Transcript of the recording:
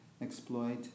exploit